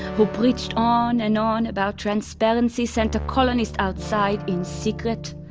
who preached on and on about transparency, sent a colonist outside in secret.